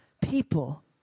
people